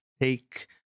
take